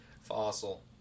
Fossil